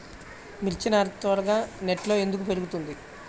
మిర్చి నారు త్వరగా నెట్లో ఎందుకు పెరుగుతుంది?